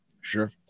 Sure